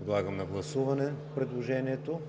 Подлагам на гласуване предложението.